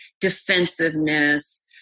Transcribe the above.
defensiveness